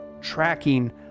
tracking